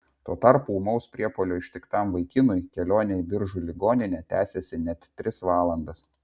tuo tarpu ūmaus priepuolio ištiktam vaikinui kelionė į biržų ligoninę tęsėsi net tris valandas